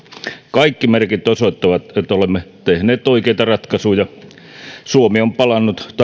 kaikki merkit osoittavat että olemme tehneet oikeita ratkaisuja suomi on palannut